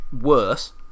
worse